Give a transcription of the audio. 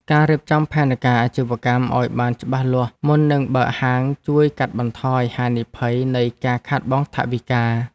ការរៀបចំផែនការអាជីវកម្មឱ្យបានច្បាស់លាស់មុននឹងបើកហាងជួយកាត់បន្ថយហានិភ័យនៃការខាតបង់ថវិកា។